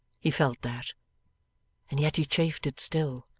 he felt that and yet he chafed it still,